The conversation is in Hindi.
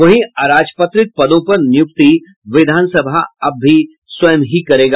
वहीं अराजपत्रित पदों पर नियुक्ति विधानसभा अब भी स्वयं ही करेगा